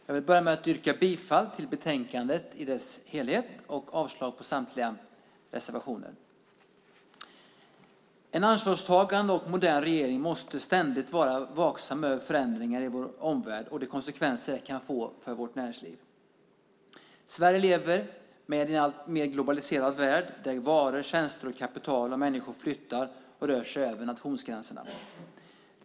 Fru talman! Jag vill börja med att yrka bifall till förslagen i betänkandet och avslag på samtliga reservationer. En ansvarstagande och modern regering måste ständigt vara vaksam på förändringar i vår omvärld och de konsekvenser det kan få för vårt näringsliv. Sverige lever i en alltmer globaliserad värld där varor, tjänster, kapital och människor flyttar och rör sig över nationsgränserna.